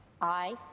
Aye